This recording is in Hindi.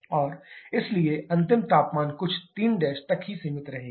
और इसलिए अंतिम तापमान कुछ 3' तक ही सीमित रहेगा